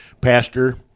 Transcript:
Pastor